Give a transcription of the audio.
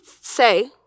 say